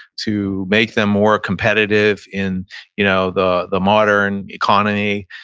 to make them more competitive in you know the the modern economy.